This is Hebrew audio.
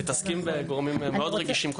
כל הזמן הם מתעסקים בגורמים מאוד רגישים.